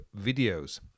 videos